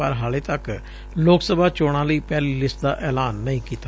ਪਰ ਹਾਲੇ ਤੱਕ ਲੋਕ ਸਭਾ ਚੋਣਾਂ ਲਈ ਪਹਿਲੀ ਲਿਸਟ ਦਾ ਐਲਾਨ ਨਹੀਂ ਕੀਤਾ